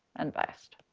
unbiased,